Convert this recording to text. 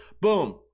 Boom